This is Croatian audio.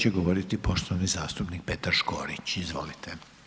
će govoriti poštovani zastupnik Petar Škorić, izvolite.